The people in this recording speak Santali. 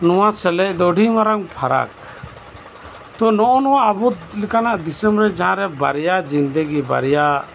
ᱱᱚᱣᱟ ᱥᱮᱞᱮᱫᱚ ᱟᱹᱰᱤ ᱢᱟᱨᱟᱝ ᱯᱷᱟᱨᱟᱠ ᱛᱳ ᱱᱚᱜᱱᱚᱣᱟ ᱟᱵᱚ ᱞᱮᱠᱟᱱᱟᱜ ᱫᱤᱥᱟᱹᱨᱮ ᱡᱟᱸᱦᱟᱨᱮ ᱵᱟᱨᱭᱟ ᱡᱤᱱᱫᱮᱜᱤ ᱵᱟᱨᱭᱟ